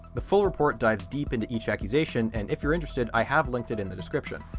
the full report dives deep into each accusation and if you're interested i have linked it in the description.